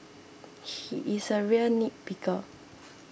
he is a real nitpicker